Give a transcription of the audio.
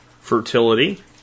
fertility